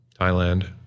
Thailand